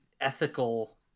ethical